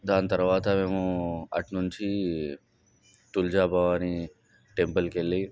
దాని తర్వాత మేము అటు నుంచి తుల్జా భవాని టెంపుల్ కు వెళ్ళి